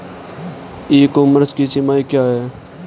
ई commerce की सीमाएं क्या हैं?